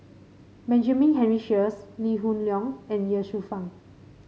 Benjamin Henry Sheares Lee Hoon Leong and Ye Shufang